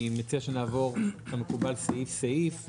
אני מציע שנעבור כמקובל סעיף סעיף,